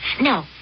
No